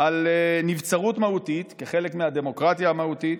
על נבצרות מהותית כחלק מהדמוקרטיה המהותית,